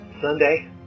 Sunday